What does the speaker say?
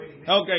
Okay